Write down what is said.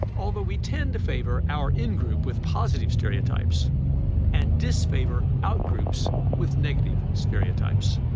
although we tend to favor our in-group with positive stereotypes and disfavor out-groups with negative stereotypes.